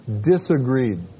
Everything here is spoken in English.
disagreed